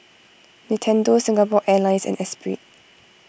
Nintendo Singapore Airlines and Esprit